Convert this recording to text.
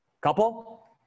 Couple